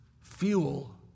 fuel